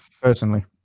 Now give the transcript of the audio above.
personally